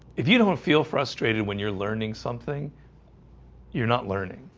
if you don't feel frustrated when you're learning something you're not learning.